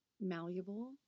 malleable